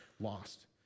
lost